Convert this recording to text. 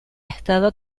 estado